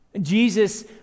Jesus